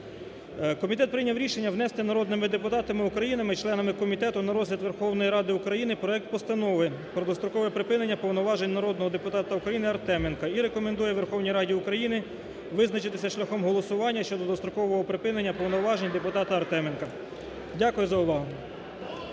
Комітет прийняв рішення внести народними депутатами України і членами комітету на розгляд Верховної Ради України проект Постанови про дострокове припинення повноважень народного депутата України Артеменка і рекомендує Верховній Раді України визначитися шляхом голосування щодо дострокового припинення повноважень депутата Артеменка. Дякуємо за увагу.